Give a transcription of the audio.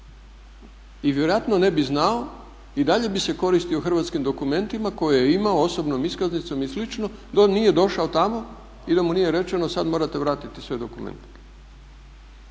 i vjerojatno ne bi znao i dalje bi se koristi hrvatskim dokumentima koje je imao osobnom iskaznicom i slično dok nije došao tamo i da mu nije rečeno sad morate vratiti sve dokumente.